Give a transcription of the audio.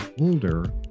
older